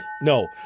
No